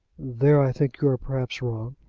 there i think you are perhaps wrong.